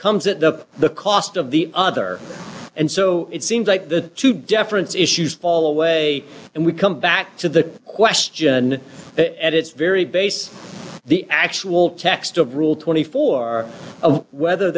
comes it up the cost of the other and so it seems like the two deference issues fall away and we come back to the question that at its very base the actual text of rule twenty four of whether